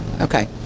Okay